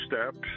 steps